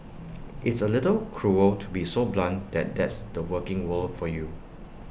it's A little cruel to be so blunt that that's the working world for you